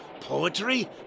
poetry